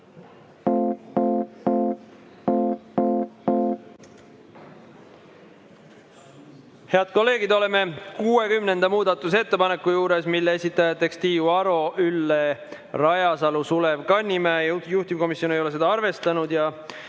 Head kolleegid, oleme 60. muudatusettepaneku juures, mille esitajad on Tiiu Aro, Ülle Rajasalu ja Sulev Kannimäe. Juhtivkomisjon ei ole seda arvestanud